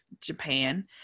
Japan